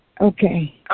Okay